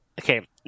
okay